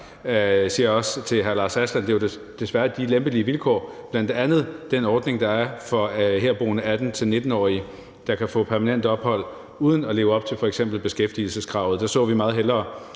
siger jeg også til hr. Lars Aslan Rasmussen – de lempelige vilkår, bl.a. den ordning, der er for herboende 18-19-årige, der gør, at de kan få permanent opholdstilladelse uden at leve op til f.eks. beskæftigelseskravet. Der så vi meget hellere,